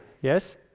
yes